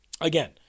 Again